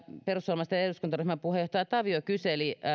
perussuomalaisten eduskuntaryhmän puheenjohtaja tavio kyseli